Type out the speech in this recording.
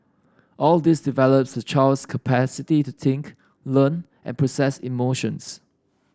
all this develops the child's capacity to think learn and process emotions